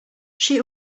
she